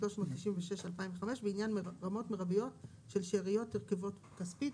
396 של 2005 בעניין רמות מרביות של שאריות תרכובות כספית.